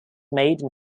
maiden